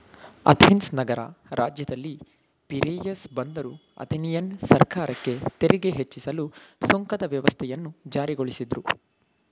Athens ನಗರ ರಾಜ್ಯದಲ್ಲಿ Piraeus ಬಂದರು ಅಥೆನಿಯನ್ ಸರ್ಕಾರಕ್ಕೆ ತೆರಿಗೆ ಹೆಚ್ಚಿಸಲು ಸುಂಕದ ವ್ಯವಸ್ಥೆಯನ್ನು ಜಾರಿಗೊಳಿಸಿದ್ರು